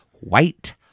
white